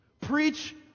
Preach